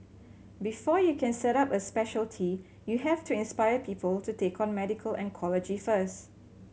before you can set up a speciality you have to inspire people to take on medical oncology first